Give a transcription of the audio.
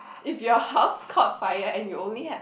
if your house caught fire and you only had